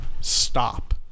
stop